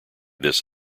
this